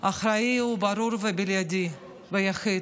האחראי הוא ברור ובלעדי ויחיד,